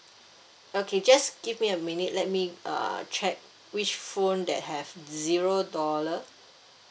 okay just give me a minute let me uh check which phone that have zero dollar